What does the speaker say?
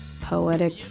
poetic